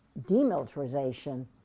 demilitarization